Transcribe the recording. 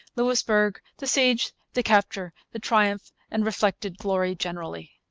louisbourg, the siege, the capture, the triumph, and reflected glory generally.